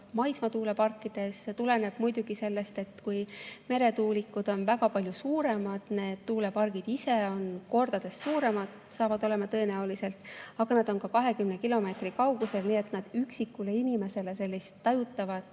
maismaatuuleparkide vahel tuleneb muidugi sellest, et meretuulikud on väga palju suuremad, need tuulepargid ise on kordades suuremad, saavad tõenäoliselt olema, aga nad on ka 20 kilomeetri kaugusel, nii et nad inimesele sellist tajutavat